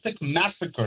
massacre